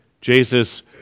Jesus